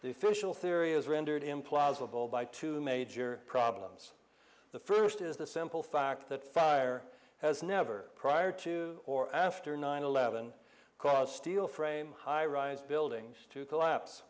official theory is rendered implausible by two major problems the first is the simple fact that fire has never prior to or after nine eleven because steel frame high rise buildings to collapse